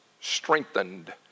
strengthened